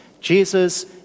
Jesus